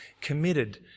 committed